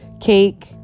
cake